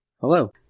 Hello